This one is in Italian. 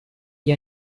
gli